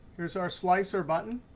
here's our slicer button.